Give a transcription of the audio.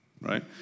right